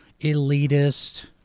elitist